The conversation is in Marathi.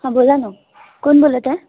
हां बोला ना कोण बोलत आहे